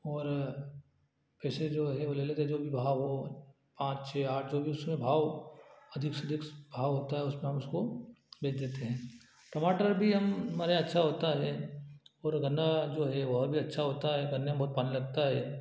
और कैसे जो है वह ले लेते हैं जो भी भाव हो पाँच छः आठ जो भी उसमें भाव अधिक से अधिक भाव होता है उसमें हम उसको बेच देते हैं टमाटर भी हम हमारे यहाँ अच्छा होता है और गन्ना जो है वह भी अच्छा होता है गन्ने में बहुत पानी लगता है